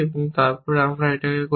তারপর আমরা এটা করেছি